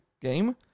game